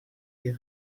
ihr